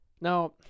Now